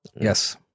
Yes